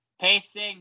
pacing